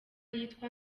yitwa